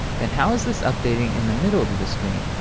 then how is this updating in the middle of the the screen,